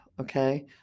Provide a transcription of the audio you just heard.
okay